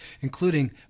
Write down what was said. including